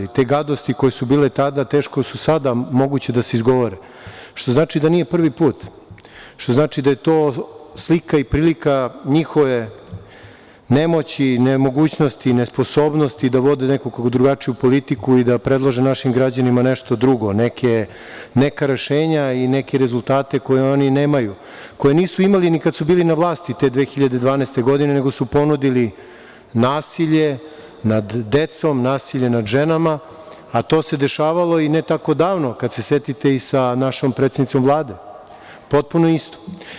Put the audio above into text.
Te gadosti koje su bile tada teško su sada moguće da se izgovore, što znači da nije prvi put, što znači da je to slika i prilika njihove nemoći, nemogućnosti, nesposobnosti da vode nekako drugačiju politiku i da predlože našim građanima nešto drugo, neka rešenja i neke rezultate koje oni nemaju, koje nisu imali ni kada su bili na vlasti te 2012. godine, nego su ponudili nasilje nad decom, nasilje nad ženama, a to se dešavalo i ne tako davno, kad se setite, i sa našom predsednicom Vlade, potpuno isto.